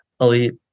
elite